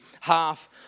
half